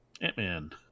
Ant-Man